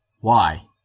Why